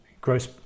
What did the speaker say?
gross